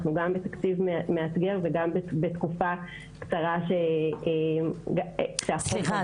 אנחנו גם בתקציב מאתגר וגם בתקופה קצרה שהחוק עבר --- סליחה,